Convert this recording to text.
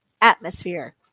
atmosphere